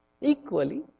Equally